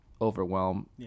overwhelm